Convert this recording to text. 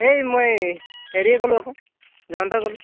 এই মই হেৰিয়ে ক'লো আকৌ জয়ন্তই ক'লোঁ